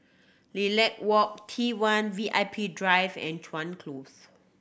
Lilac Walk T One V I P Drive and Chuan Close